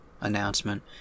announcement